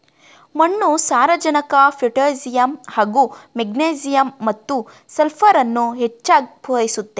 ಮಣ್ಣು ಸಾರಜನಕ ಪೊಟ್ಯಾಸಿಯಮ್ ಹಾಗೂ ಮೆಗ್ನೀಸಿಯಮ್ ಮತ್ತು ಸಲ್ಫರನ್ನು ಹೆಚ್ಚಾಗ್ ಪೂರೈಸುತ್ತೆ